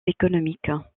économique